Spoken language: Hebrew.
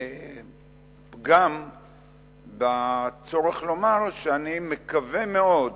פגם בצורך לומר שאני מקווה מאוד